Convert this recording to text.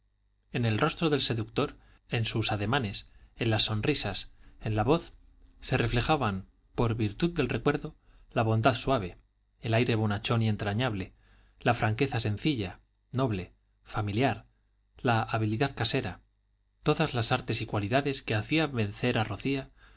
en el rostro del seductor en sus ademanes en las sonrisas en la voz se reflejaban por virtud del recuerdo la bondad suave el aire bonachón y entrañable la franqueza sencilla noble familiar la habilidad casera todas las artes y cualidades que hacían vencer a mesía